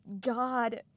god